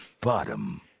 Bottom